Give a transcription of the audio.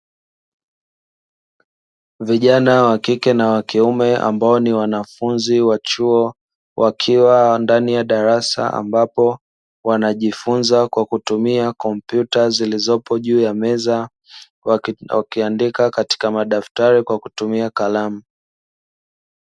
Vijana wakike na wakiume ambao ambao ni wanafunzi wa chuo, wakiwa ndani ya darasa ambapo wanajifunza na kompyuta zilizopo juu ya meza, wakiandika katika madaftari kwa kutumia kalamu.